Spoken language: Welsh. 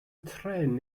trên